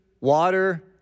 water